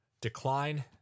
decline